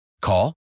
Call